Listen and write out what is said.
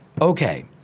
okay